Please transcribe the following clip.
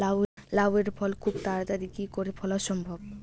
লাউ এর ফল খুব তাড়াতাড়ি কি করে ফলা সম্ভব?